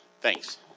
Thanks